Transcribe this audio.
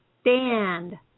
Stand